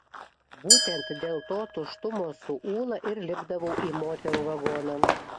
būtent dėl to tuštumo su ūla ir lipdavau į moterų vagoną